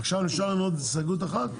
עכשיו נשארה לנו עוד הסתייגות אחת?